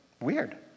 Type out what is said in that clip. Weird